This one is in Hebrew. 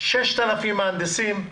6,000 מהנדסים,